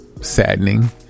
saddening